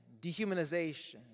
dehumanization